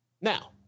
Now